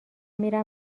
میرم